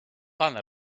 pan